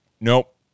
Nope